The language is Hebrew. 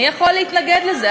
מי יכול להתנגד לזה?